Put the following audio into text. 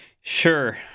Sure